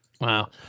Wow